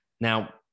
Now